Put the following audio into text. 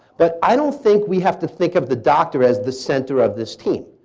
but i don't think we have to think of the doctor as the center of this team.